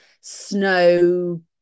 snow